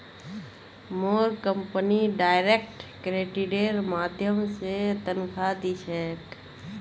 मोर company direct क्रेडिटेर माध्यम स तनख़ा दी छेक